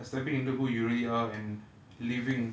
stepping into who you really are and living